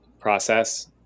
process